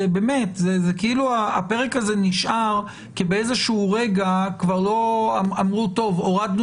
כאילו הפרק הזה נשאר כי באיזשהו רגע אמרו שהורדנו